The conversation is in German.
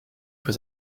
für